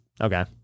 Okay